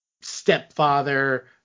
stepfather